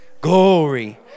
glory